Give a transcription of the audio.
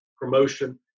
promotion